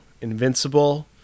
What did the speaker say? Invincible